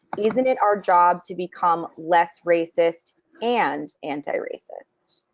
isn't it our job to become less racist and anti-racist?